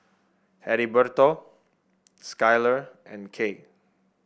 Heriberto Skyler and Kay